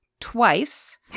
twice